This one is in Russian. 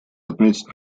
отметить